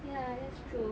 ya that's true